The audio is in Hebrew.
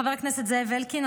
חבר הכנסת זאב אלקין,